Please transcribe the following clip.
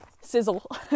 sizzle